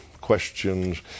questions